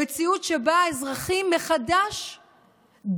למציאות שבה האזרחים דנים